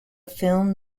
film